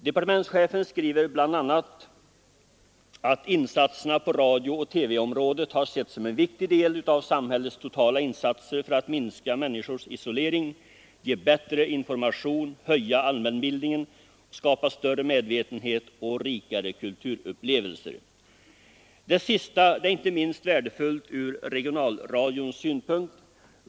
Departementschefen skriver bl.a., att insatserna på radiooch TV-området har setts som en viktig del av samhällets totala insatser för att minska människors isolering, ge bättre information, höja allmänbildningen, skapa större medvetenhet och rikare kulturupplevelser. Det sista är inte minst värdefullt från regionalradions synpunkt.